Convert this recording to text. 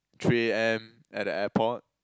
three A_M at the airport